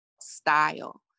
style